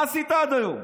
מה עשית עד היום?